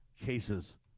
cases